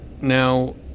now